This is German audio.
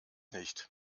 nicht